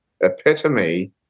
epitome